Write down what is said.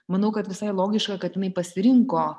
manau kad visai logiška kad jinai pasirinko